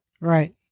Right